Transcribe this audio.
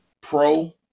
pro